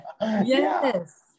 Yes